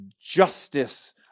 justice